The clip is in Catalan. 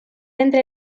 entre